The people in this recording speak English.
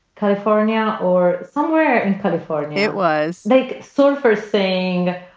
california or somewhere in california, it was like surfers saying,